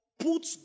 Put